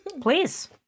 Please